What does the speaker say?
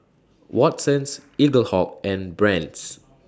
Watsons Eaglehawk and Brand's